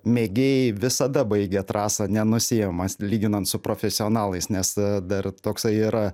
mėgėjai visada baigia trasą nenusiima lyginant su profesionalais nes dar toksai yra